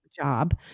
job